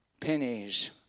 pennies